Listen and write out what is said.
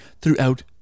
throughout